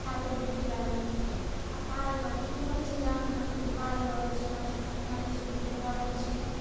छात्रवृति अलगसँ आओर पाइ अबै छै गाम घरमे गाँवमेमे जे पाइ अबै छै बच्चा सरकारी स्कूलमे पढ़ै छै